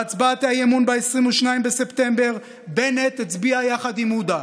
בהצבעת האי-אמון ב-22 בספטמבר בנט הצביע יחד עם עודה,